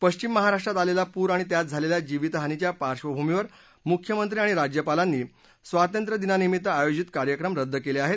पश्विम महाराष्ट्रात आलेला पूर आणि त्यात झालेल्या जीवित हानीच्या पार्डभूमीवर मुख्यमंत्री आणि राज्यपालांनी स्वातंत्र्यदिनानिमित्त आयोजित कार्यक्रम रद्द केले आहेत